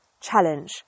challenge